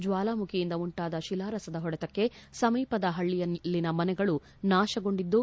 ಜ್ವಾಲಾಮುಖಿಯಿಂದ ಉಂಟಾದ ಶಿಲಾರಸದ ಹೊಡೆತಕ್ಕೆ ಸಮೀಪದ ಹಳ್ಳಿಯಲ್ಲಿನ ಮನೆಗಳು ನಾಶಗೊಂಡಿದ್ದು